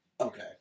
Okay